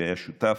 שהיה שותף.